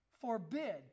forbid